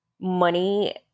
money